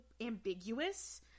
ambiguous